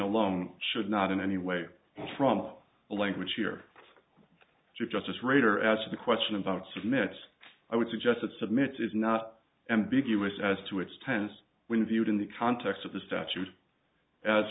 alone should not in any way from a language here justice rader asked the question about six minutes i would suggest that submits is not ambiguous as to its tense when viewed in the context of the statute as